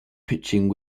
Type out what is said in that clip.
pitching